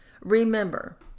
Remember